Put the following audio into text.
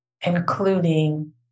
including